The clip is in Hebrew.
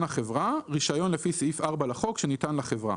החברה" רישיון לפי סעיף 4 לחוק שניתן לחברה,"